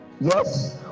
yes